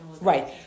Right